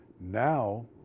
Now